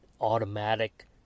automatic